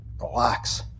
Relax